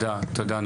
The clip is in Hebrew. תודה,